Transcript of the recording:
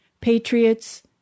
patriots